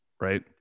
right